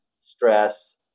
stress